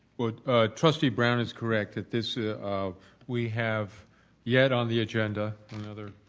but ah trustee brown is correct that this ah um we have yet on the agenda another,